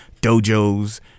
dojos